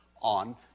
on